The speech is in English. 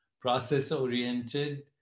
process-oriented